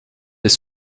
des